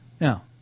Now